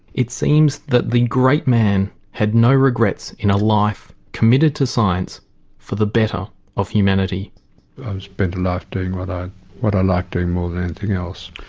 it seems that the great man had no regrets in a life committed to science for the better of humanity. i've spent a life doing what i what i liked doing more than anything else.